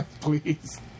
Please